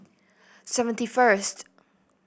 seventy first